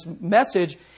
message